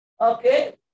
Okay